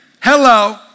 Hello